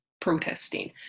protesting